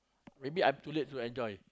maybe I'm too late to enjoy